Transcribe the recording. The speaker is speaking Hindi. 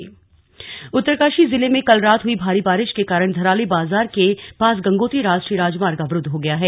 मौसम उत्तरकाशी जिले में कल रात हुई भारी बारिश के कारण धराली बाजार के पास गंगोत्री राष्ट्रीय राजमार्ग अवरूद्व हो गया है